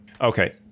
Okay